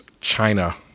China